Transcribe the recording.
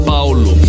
Paulo